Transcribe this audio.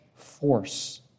force